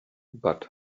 but